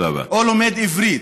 או לומד עברית,